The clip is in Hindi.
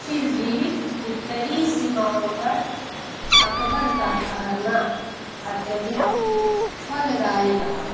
फिर भी उत्तरी सीमाओं पर अकबर का ठहरना अत्यधिक फलदायी रहा